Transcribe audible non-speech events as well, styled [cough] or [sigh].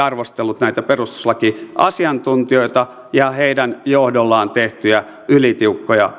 [unintelligible] arvostellut näitä perustuslakiasiantuntijoita ja heidän johdollaan tehtyjä ylitiukkoja